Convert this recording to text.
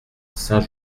saint